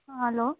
hello